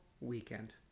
weekend